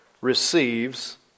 receives